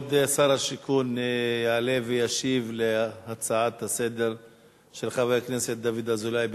כבוד שר השיכון יעלה וישיב על ההצעה לסדר-היום של חבר הכנסת דוד אזולאי.